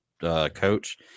coach